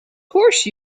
course